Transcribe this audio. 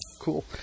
Cool